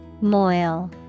Moil